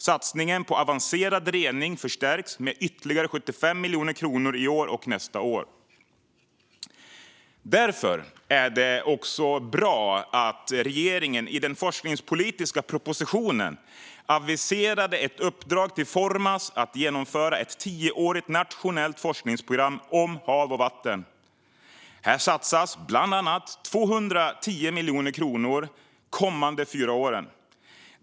Satsningen på avancerad rening förstärks med ytterligare 75 miljoner kronor i år och nästa år. Det är också bra att regeringen i den forskningspolitiska propositionen aviserade ett uppdrag till Formas att genomföra ett tioårigt nationellt forskningsprogram om hav och vatten. Här satsas bland annat 210 miljoner kronor de kommande fyra åren.